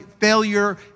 failure